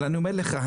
אבל אני אומר לך,